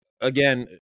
again